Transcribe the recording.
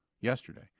yesterday